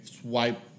swipe